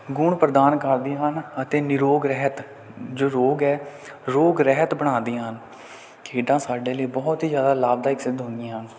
ਗੁਣ ਪ੍ਰਦਾਨ ਕਰਦੀਆਂ ਹਨ ਅਤੇ ਨਿਰੋਗ ਰਹਿਤ ਜੋ ਰੋਗ ਹੈ ਰੋਗ ਰਹਿਤ ਬਣਾਉਂਦੀਆਂ ਹਨ ਖੇਡਾਂ ਸਾਡੇ ਲਈ ਬਹੁਤ ਹੀ ਜ਼ਿਆਦਾ ਲਾਭਦਾਇਕ ਸਿੱਧ ਹੁੰਦੀਆਂ ਹਨ